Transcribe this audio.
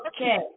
Okay